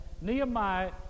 Nehemiah